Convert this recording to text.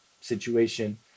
situation